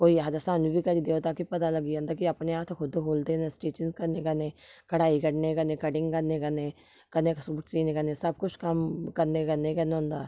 कोई आखदा सानूं बी करी देओ ताकि पता लग्गी जंदा कि अपने हत्थ खुद खु'लदे न स्टिचिंग करने कन्नै कढाई कड्ढने कन्नै कटिंग करने कन्नै सूट सीने कन्नै सब कुछ कम्म करने कन्नै कन्नै होंदा